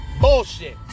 Bullshit